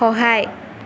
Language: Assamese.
সহায়